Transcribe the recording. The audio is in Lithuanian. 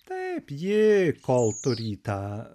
taip ji kol tu rytą